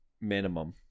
minimum